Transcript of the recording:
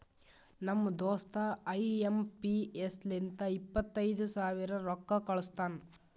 ನಮ್ ದೋಸ್ತ I M P S ಲಿಂತ ಇಪ್ಪತೈದು ಸಾವಿರ ರೊಕ್ಕಾ ಕಳುಸ್ತಾನ್